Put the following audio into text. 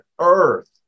earth